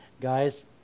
Guys